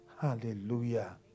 Hallelujah